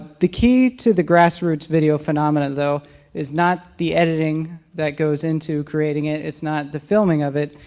the key to the grassroots video phenomena, though is not the editing that goes into creating it. it's not the filming of it.